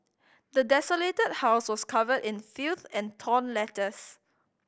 the desolated house was covered in filth and torn letters